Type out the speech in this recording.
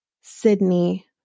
Sydney